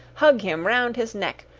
hug him round his neck,